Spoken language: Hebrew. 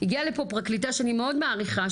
הגיעה לפה פרקליטה שאני מאוד מעריכה,